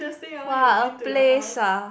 !wah! a place ah